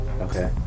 Okay